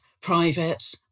private